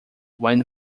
when